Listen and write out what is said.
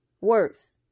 works